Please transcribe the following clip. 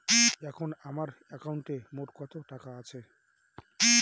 এখন আমার একাউন্টে মোট কত টাকা আছে?